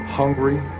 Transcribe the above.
hungry